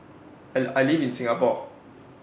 I I live in Singapore